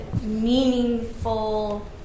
meaningful